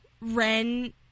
Ren